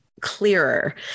clearer